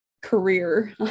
career